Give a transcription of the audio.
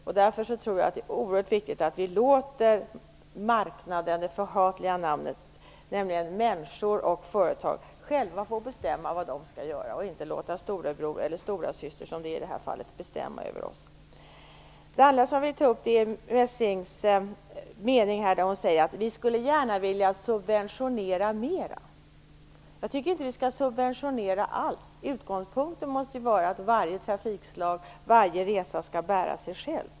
Jag tror därför att det är oerhört viktigt att vi låter marknaden - detta förhatliga ord -, nämligen människor och företag själva få bestämma vad de skall göra. Vi skall inte låta storebror eller i det här fallet storasyster bestämma över oss. Jag vill också ta upp att Ulrica Messing säger att man gärna skulle vilja subventionera mera. Jag tycker inte att vi skall subventionera alls. Utgångspunkten måste vara att varje trafikslag och varje resa skall bära sig själv.